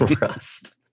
Rust